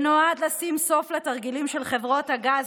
שנועד לשים סוף לתרגילים של חברות הגז